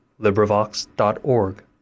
LibriVox.org